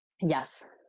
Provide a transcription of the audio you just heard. Yes